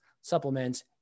Supplements